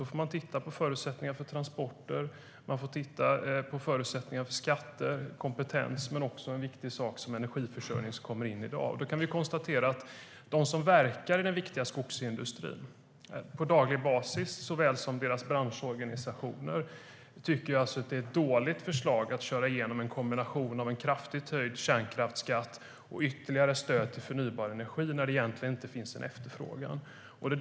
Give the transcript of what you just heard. Då får man titta på förutsättningar för transporter, för skatter, för kompetens och för energiförsörjning. De som verkar i den viktiga skogsindustrin och i den branschen på daglig basis tycker att det är ett dåligt förslag att införa en kombination av en kraftigt höjd kärnkraftsskatt och ytterligare stöd till förnybar energi när det inte finns någon efterfrågan.